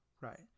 Right